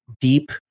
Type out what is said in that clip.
deep